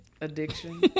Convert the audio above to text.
Addiction